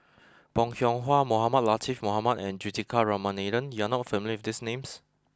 Bong Hiong Hwa Mohamed Latiff Mohamed and Juthika Ramanathan you are not familiar with these names